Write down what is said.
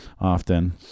often